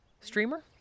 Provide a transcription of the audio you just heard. streamer